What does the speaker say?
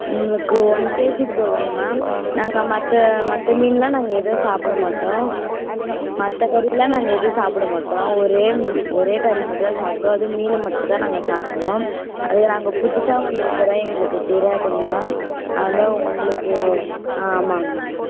எங்களுக்கு one KG போதுங்கம்மா நாங்கள் மற்ற மற்ற மீன்லாம் நாங்கள் எதுவும் சாப்பிட மாட்டோம் மற்ற கறிலாம் நாங்கள் எதுவும் சாப்பிட மாட்டோம் ஒரே ஒரே கறி மட்டும்தான் சாப்பிடுவோம் அதுவும் மீன் மட்டும்தான் நாங்கள் சாப்பிடுவோம் அதில் நாங்கள் புதுசாக வந்துருக்கிற எங்களுக்கு தெரியாதுங்கம்மா அதான் உங்களுக்கு ஆ ஆமாங்கம்மா